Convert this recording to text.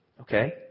okay